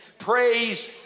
Praise